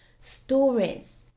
stories